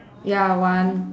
ya one